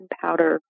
powder